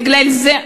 בגלל זה,